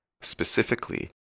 Specifically